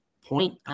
point